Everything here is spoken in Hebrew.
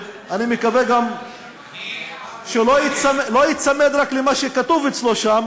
אני מקווה גם שלא ייצמד רק למה שכתוב אצלו שם,